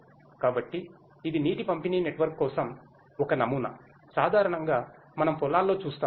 కాబట్టి ఇది నీటి పంపిణీ నెట్వర్క్ కోసం ఒక నమూనా సాధారణంగా మనం పొలాల్లో చూస్తాము